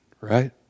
right